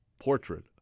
portrait